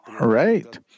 Right